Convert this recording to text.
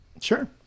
Sure